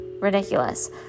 ridiculous